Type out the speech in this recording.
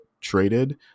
traded